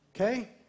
okay